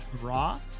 Raw